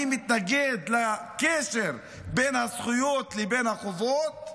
אני מתנגד לקשר בין הזכויות לבין החובות.